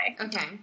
Okay